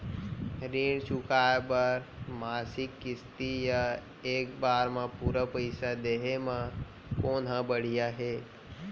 ऋण चुकोय बर मासिक किस्ती या एक बार म पूरा पइसा देहे म कोन ह बढ़िया हे?